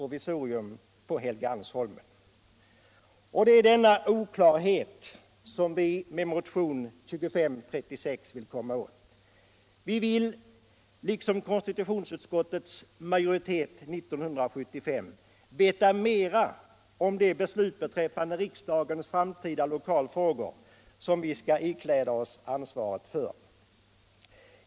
Denna oklarhet vill vi komma åt med motionen 2536. Vi vill — liksom konstitutionsutskotlets majoritet 1975 — veta mera om det beslut beträffande riksdagens framtida lokalfrågor som vi skall ikläda oss ansvaret för.